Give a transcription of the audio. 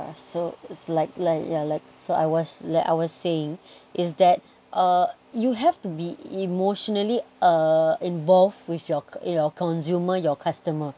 so its like like like so I was like I was saying is that uh you have to be emotionally uh involved with your consumer your customer